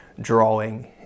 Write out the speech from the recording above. drawing